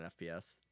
FPS